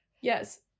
yes